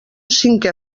cinqué